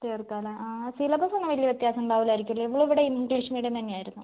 ചേർക്കാ അല്ലേ ആ സിലബസ് ഒന്നും വലിയ വ്യത്യാസം ഉണ്ടാവില്ലായിരിക്കും അല്ലേ ഇവൾ ഇവിടെ ഇംഗ്ലീഷ് മീഡിയം തന്നെ ആയിരുന്നു